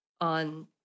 on